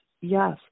yes